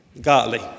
Godly